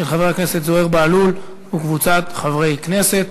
של חבר הכנסת זוהיר בהלול וקבוצת חברי כנסת.